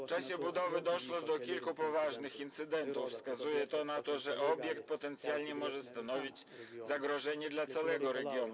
W czasie budowy doszło do kilku poważnych incydentów, co wskazuje na to, że obiekt potencjalnie może stanowić zagrożenie dla całego regionu.